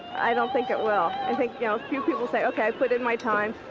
i don't think it will. i think, you know, a few people say okay, i put in my time.